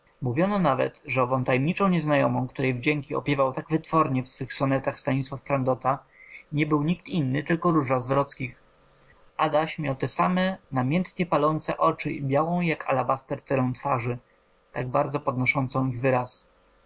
mówiono nawet że ową tajemniczą nieznajomą której wdzięki opiewał tak wytwornie w swych sonetach stanisław prandota nie był nikt inny tylko róża z wrockich adaś miał te same namiętnie palące oczy i białą jak alabaster cerę twarzy tak bardzo podnoszącą ich wyraz